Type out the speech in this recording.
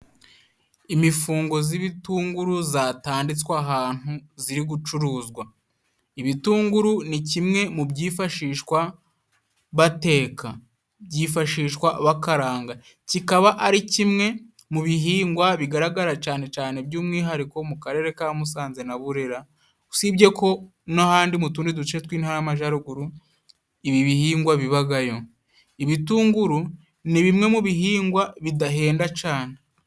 Imfungo z'ibitunguru zatanditswe ahantu, ziri gucuruzwa. Ibitunguru ni kimwe mu byifashishwa bateka, byifashishwa bakaranga, kikaba ari kimwe mu bihingwa bigaragara cane cane, by'umwihariko mu karere ka Musanze na Burera. Usibye ko n'ahandi, mu tundi duce tw'Intara y'Amajaruguru, ibi bihingwa bibagayo. Ibitunguru ni bimwe mu bihingwa bidahenda cane.